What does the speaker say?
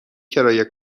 کرایه